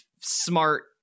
smart